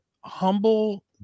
humble